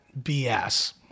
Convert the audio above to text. BS